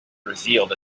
revealed